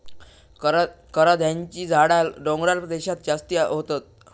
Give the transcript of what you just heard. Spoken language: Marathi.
करांद्याची झाडा डोंगराळ देशांत जास्ती होतत